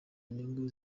nyungu